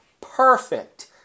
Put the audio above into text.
perfect